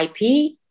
IP